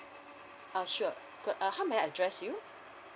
uh sure good uh how may I address you